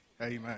Amen